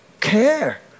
care